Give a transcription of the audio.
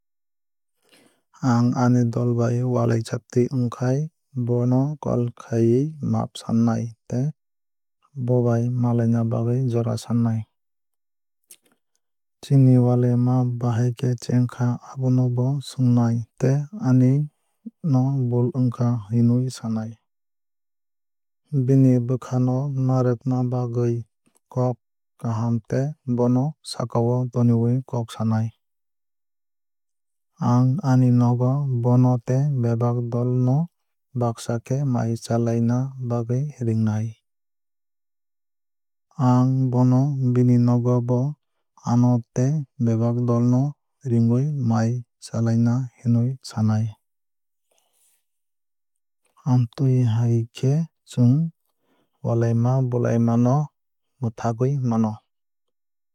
Ang ani dol bai walajakwtui wngkhai bono call khawui maap sanai tei bobai malaina bagwui jora sanai. Chini walaima bahai khe chengkha abono bo swngnai tei ani no bul wngkha hinwui sanai. Bini bwkha no narwkna bagwui kok kaham tei bono sakao tonwui kok sanai. Ang ani nogo bono tei bebak dol no baksa khe mai chalaina bagwui ringnai. Ang bono bini nogo bo ano tei bebak dol no ringwui mai chalaina hinwui sanai. Amtwui hai khe chwng walaima bulaima no mwthagwui mano.